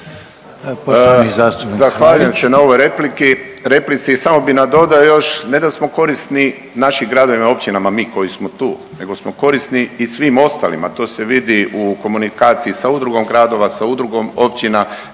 Zahvaljujem se na ovoj replici. Samo bih nadodao još ne da smo korisni našim gradovima i općinama mi koji smo tu, nego smo korisni i svim ostalim, a to se vidi u komunikaciji sa udrugom gradova, sa udrugom općina